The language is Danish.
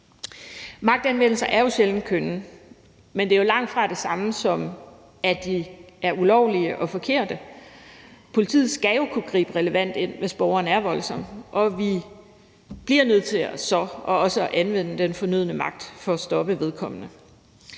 Magtanvendelser er jo sjældent kønne, men det er langtfra det samme, som at de er ulovlige og forkerte. Politiet skal jo kunne gribe relevant ind, hvis en borger er voldsom, og man bliver nødt til så også at anvende den fornødne magt for at stoppe vedkommende.